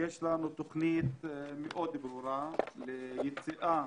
יש תוכנית מאוד ברורה ליציאה